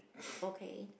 okay